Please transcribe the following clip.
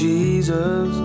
Jesus